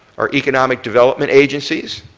our economic development agencies,